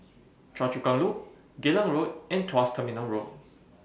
Choa Chu Kang Loop Geylang Road and Tuas Terminal Road